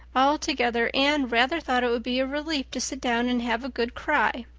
altogether, anne rather thought it would be a relief to sit down and have a good cry.